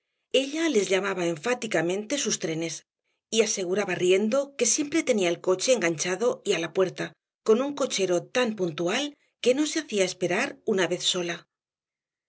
ella les llamaba enfáticamente sus trenes y aseguraba riendo que siempre tenía el coche enganchado y á la puerta con un cochero tan puntual que no se hacía esperar una vez sola